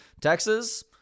Texas